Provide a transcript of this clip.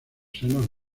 senos